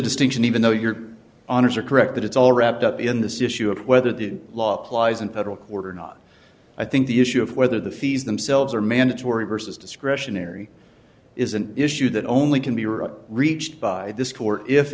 distinction even though your honour's are correct that it's all wrapped up in this issue of whether the law applies in federal court or not i think the issue of whether the fees themselves are mandatory versus discretionary is an issue that only can be reached by this court if